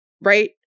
right